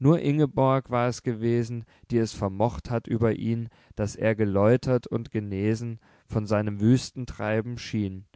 nur ingeborg war es gewesen die es vermocht hatt über ihn daß er geläutert und genesen von seinem wüsten treiben schien